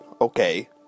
Okay